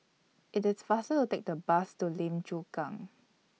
IT IS faster to Take The Bus to Lim Chu Kang